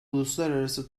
uluslararası